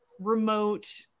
remote